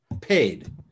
Paid